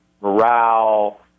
morale